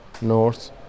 north